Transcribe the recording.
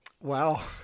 Wow